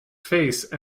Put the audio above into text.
face